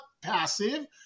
passive